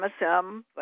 MSM